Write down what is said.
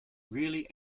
really